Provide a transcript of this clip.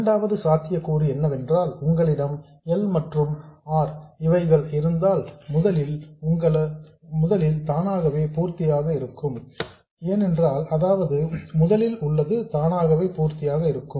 இரண்டாவது சாத்தியக்கூறு என்னவென்றால் உங்களிடம் L மற்றும் R இவைகள் இருந்தால் முதலில் உள்ளது தானாகவே பூர்த்தியாக இருக்கும்